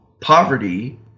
poverty